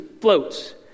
floats